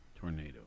tornado